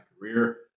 career